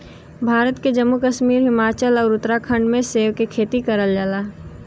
भारत के जम्मू कश्मीर, हिमाचल आउर उत्तराखंड में सेब के खेती करल जाला